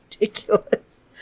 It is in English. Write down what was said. ridiculous